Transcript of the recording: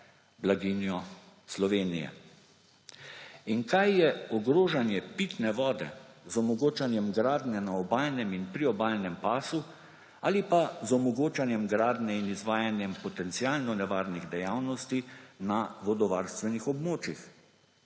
blaginjo Slovenije. In kaj je ogrožanje pitne vode z omogočanjem gradnje na obalnem in priobalnem pasu ali pa z omogočanjem gradnje in izvajanjem potencialno nevarnih dejavnosti na vodovarstvenih območjih?